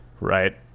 Right